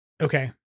okay